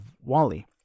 Wally